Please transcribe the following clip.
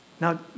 now